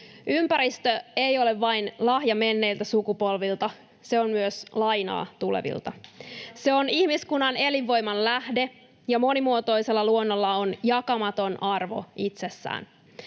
Ympäristö ei ole vain lahja menneiltä sukupolvilta, se on myös lainaa tulevilta. Se on ihmiskunnan elinvoiman lähde, ja monimuotoisella luonnolla on jakamaton arvo itsessään.